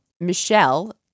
Michelle